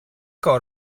کار